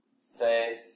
safe